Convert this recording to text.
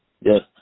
Yes